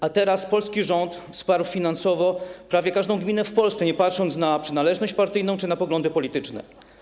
A teraz polski rząd wsparł finansowo prawie każdą gminę w Polsce, nie patrząc na przynależność partyjną czy na poglądy polityczne.